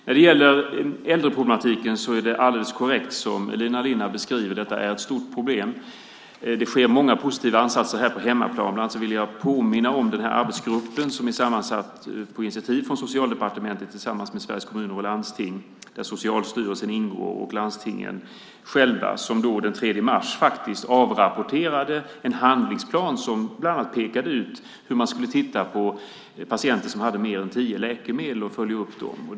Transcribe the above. När det gäller äldreproblematiken är det alldeles korrekt som Elina Linna beskriver det. Detta är ett stort problem. Det sker många positiva ansatser här på hemmaplan. Bland annat vill jag påminna om arbetsgruppen som är sammansatt på initiativ från Socialdepartementet tillsammans med Sveriges Kommuner och Landsting. Där ingår Socialstyrelsen och landstingen själva, och den 3 mars avrapporterade man faktiskt en handlingsplan som bland annat pekade ut hur man skulle titta på patienter som hade mer än tio läkemedel och hur man skulle följa upp detta.